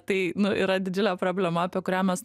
tai yra didelė problema apie kurią mes nu